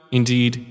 Indeed